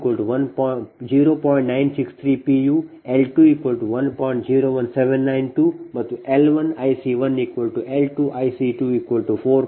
01792 ಮತ್ತು L 1 IC 1 L 2 IC 2 4